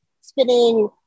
spinning